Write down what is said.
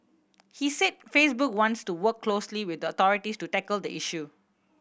he said Facebook wants to work closely with the authorities to tackle the issue